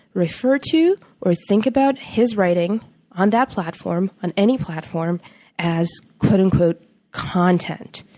refer to or think about his writing on that platform on any platform as quote unquote content.